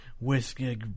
whiskey